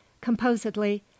composedly